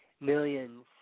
millions